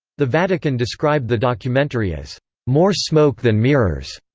the vatican described the documentary as more smoke than mirrors,